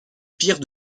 pire